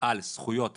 על זכויות החברים,